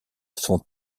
sont